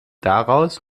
daraus